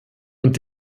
und